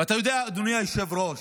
ואתה יודע, אדוני היושב-ראש,